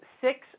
six